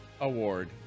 Award